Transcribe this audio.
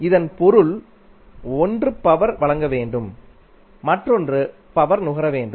இதன் பொருள் ஒன்று பவர் வழங்க வேண்டும் மற்றொன்று பவர் நுகர வேண்டும்